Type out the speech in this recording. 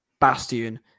Bastion